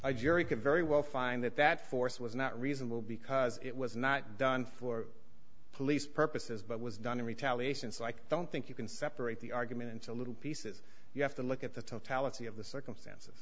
a jury could very well find that that force was not reasonable because it was not done for police purposes but was done in retaliation so i don't think you can separate the argument into little pieces you have to look at the totality of the circumstance